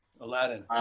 Aladdin